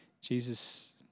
Jesus